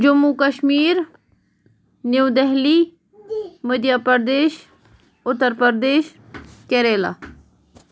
Jammu Kashmir New Delhi Madhya Pradesh Uttar Pradesh Kerala